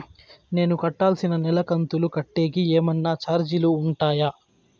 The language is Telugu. నేను కట్టాల్సిన నెల కంతులు కట్టేకి ఏమన్నా చార్జీలు ఉంటాయా?